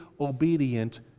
obedient